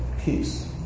peace